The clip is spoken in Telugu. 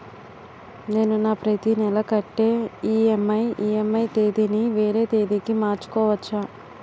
నేను నా ప్రతి నెల కట్టే ఈ.ఎం.ఐ ఈ.ఎం.ఐ తేదీ ని వేరే తేదీ కి మార్చుకోవచ్చా?